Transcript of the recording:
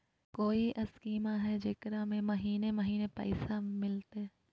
कोइ स्कीमा हय, जेकरा में महीने महीने पैसा मिलते?